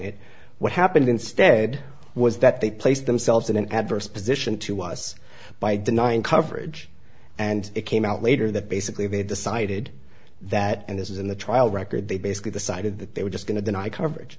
it what happened instead was that they placed themselves in an adverse position to us by denying coverage and it came out later that basically they decided that and this is in the trial record they basically decided that they were just going to deny coverage